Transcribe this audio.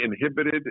inhibited